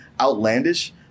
outlandish